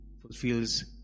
fulfills